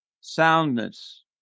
soundness